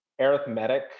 arithmetic